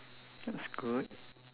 that's good